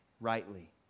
rightly